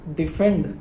defend